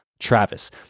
Travis